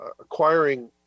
acquiring